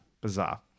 bizarre